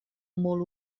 molt